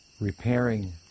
repairing